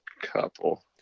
couple